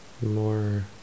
More